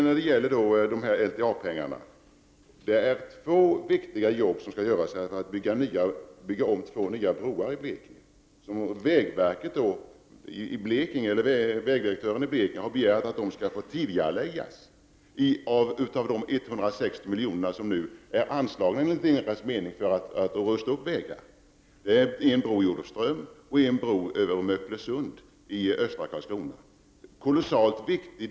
När det gäller LTA-pengarna har vägdirektören i Blekinge begärt att få tidigarelägga det viktiga arbetet med att bygga två nya broar i Blekinge. Till detta arbete har vägdirektören begärt att få ta i anspråk medel av de 160 miljonerna som nu är anslagna för att rusta upp vägar. Det är fråga om en bro i Olofström och en över Möcklösund i östra Karlskrona.